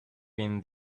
been